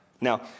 Now